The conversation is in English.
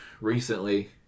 recently